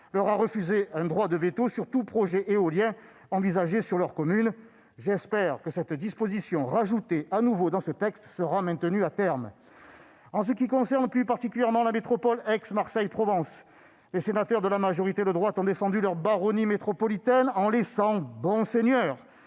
leur a refusé un droit de veto sur tout projet éolien envisagé dans leur commune. J'espère que l'ajout de cette disposition dans le présent projet de loi sera, lui, conservé à terme. Concernant plus particulièrement la métropole Aix-Marseille-Provence, les sénateurs de la majorité de droite ont défendu leur baronnie métropolitaine en laissant- bons seigneurs !